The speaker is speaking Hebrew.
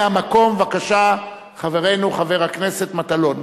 מהמקום, בבקשה, חברנו חבר הכנסת מטלון.